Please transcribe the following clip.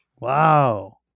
Wow